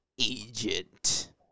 agent